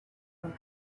for